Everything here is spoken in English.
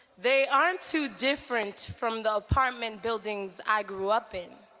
they aren't too different from the apartment buildings i grew up in.